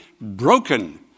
broken